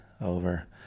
over